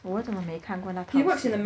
我怎么没看过那套戏